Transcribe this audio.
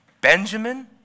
Benjamin